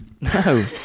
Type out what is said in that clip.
No